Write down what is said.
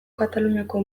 kataluniako